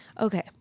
Okay